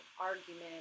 argument